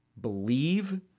believe